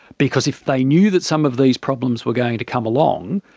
because if they knew that some of these problems were going to come along,